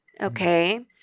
Okay